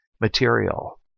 material